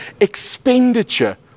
expenditure